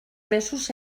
mesos